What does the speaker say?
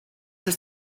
ist